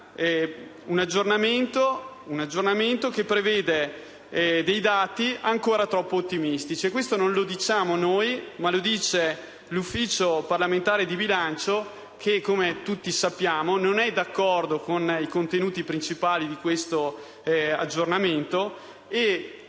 un aggiornamento che prevede dei numeri ancora troppo ottimistici. Questo non lo diciamo noi, ma l'Ufficio parlamentare di bilancio che, come tutti sappiamo, non è d'accordo con i contenuti principali della Nota di aggiornamento